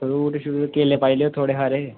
fruit केलै पाई लैयो थोह्ड़े हारे